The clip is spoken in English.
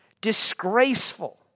Disgraceful